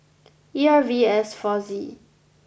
E R V S four Z